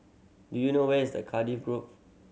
do you know where is the Cardifi Grove